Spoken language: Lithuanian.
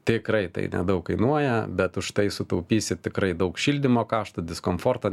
tikrai tai nedaug kainuoja bet užtai sutaupysit tikrai daug šildymo kašto diskomforto